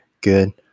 good